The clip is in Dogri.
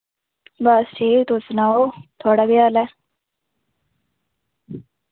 बस ठीक तुस सनाओ थुआढ़ा केह् हाल ऐ